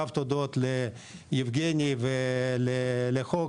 רב תודות ליבגני ולחוק,